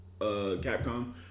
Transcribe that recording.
Capcom